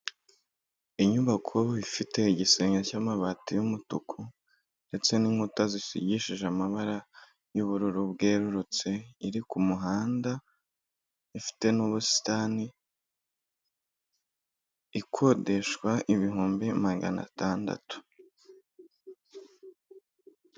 Inyubako ifite igisenge cy'amabati y'umutuku ndetse n'inkuta zisigishije amabara y'ubururu bwererutse, iri ku muhanda, ifite n'ubusitani, ikodeshwa ibihumbi magana atandatu.